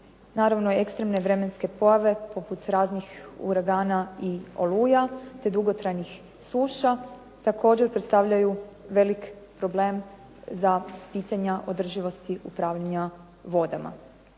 naravno ekstremne vremenske pojave poput raznih uragana i oluja, te dugotrajnih suša također predstavljaju velik problem za pitanja održivosti upravljanja vodama.